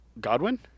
Godwin